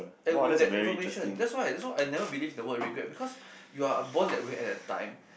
and with that information that's why that's why I never believe the word regret because you are born that way at that time